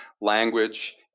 language